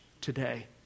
today